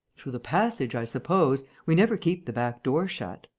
through the passage, i suppose. we never keep the back door shut.